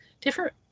different